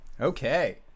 Okay